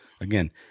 again